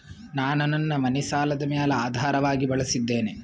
ನಾನು ನನ್ನ ಮನಿ ಸಾಲದ ಮ್ಯಾಲ ಆಧಾರವಾಗಿ ಬಳಸಿದ್ದೇನೆ